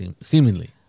Seemingly